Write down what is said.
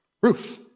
Ruth